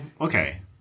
okay